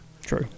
True